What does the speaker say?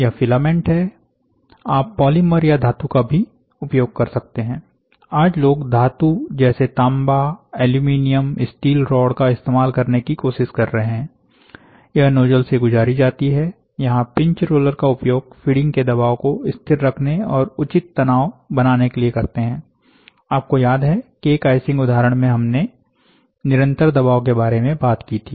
यह फिलामेंट है आप पॉलीमर या धातु का भी उपयोग कर सकते हैं आज लोग धातु जैसे तांबा एलुमिनियम स्टील रॉड का इस्तेमाल करने की कोशिश कर रहे हैं यह नोजल से गुजारी जाती है यहां पिंच रोलर का उपयोग फीडिंग के दबाव को स्थिर रखने और उचित तनाव बनाने के लिए करते हैं आपको याद है केक आईसिंग उदाहरण में हमने निरंतर दबाव के बारे में बात की थी